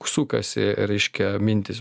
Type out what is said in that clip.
sukasi reiškia mintys